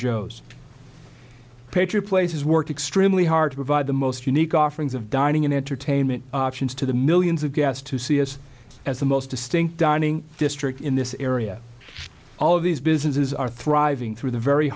joe's picture places work extremely hard to provide the most unique offerings of dining and entertainment options to the millions of gas to see it as the most distinct dining district in this area all of these businesses are thriving through the very